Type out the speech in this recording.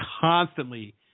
constantly